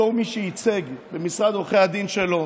בתור מי שייצג במשרד עורכי הדין שלו